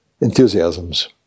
enthusiasms